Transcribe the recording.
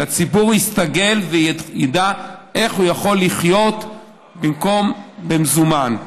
הציבור יסתגל וידע איך הוא יכול לחיות במקום במזומן.